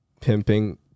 pimping